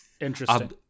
interesting